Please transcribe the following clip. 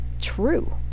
true